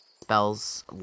spell's